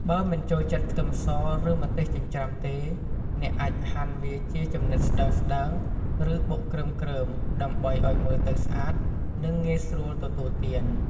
បើមិនចូលចិត្តខ្ទឹមស ឬម្ទេសចិញ្ច្រាំទេ អ្នកអាចហាន់វាជាចំណិតស្តើងៗ ឬបុកគ្រើមៗ ដើម្បីឲ្យមើលទៅស្អាត និងងាយស្រួលទទួលទាន។